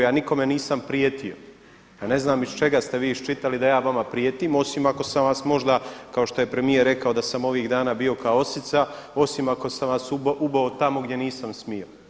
Ja nikome nisam prijetio, ja ne znam iz čega ste vi iščitali da ja vama prijetim osim ako sam vas možda kao što je premijer rekao da sam ovih dana bio kao osica osim ako sam vas ubo tamo gdje nisam smio.